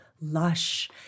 lush